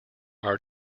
are